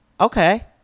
okay